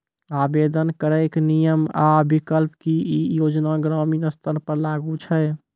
आवेदन करैक नियम आ विकल्प? की ई योजना ग्रामीण स्तर पर लागू छै?